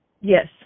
Yes